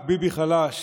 רק ביבי חלש